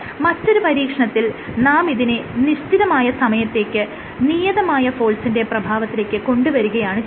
മറ്റൊരു പരീക്ഷണത്തിൽ നാം ഇതിനെ നിശ്ചിതമായ സമയത്തേക്ക് നിയതമായ ഫോഴ്സിന്റെ പ്രഭാവത്തിലേക്ക് കൊണ്ടുവരികയാണ് ചെയ്യുന്നത്